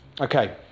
okay